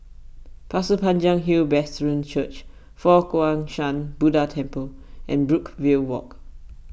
Pasir Panjang Hill Brethren Church Fo Guang Shan Buddha Temple and Brookvale Walk